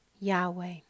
Yahweh